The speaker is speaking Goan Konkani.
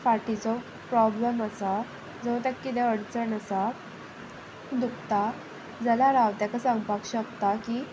फाटीचो प्रोब्लम आसा जो ताका कितें अडचण आसा दुखता जाल्यार हांव तेका सांगपाक शकता की